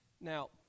Now